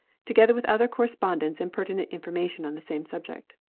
together with other correspondence and pertinent information on the same subject.